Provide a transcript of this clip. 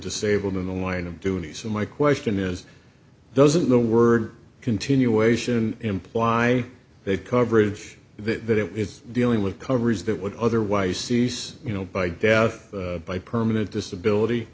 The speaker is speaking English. disabled in the line of duty so my question is doesn't the word continuation imply that coverage that it's dealing with coverage that would otherwise cease you know by death by permanent disability